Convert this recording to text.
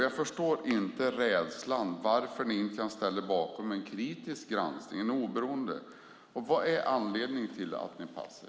Jag förstår dock inte varför ni inte kan ställa er bakom en oberoende kritisk granskning. Vad är anledningen till att ni passar?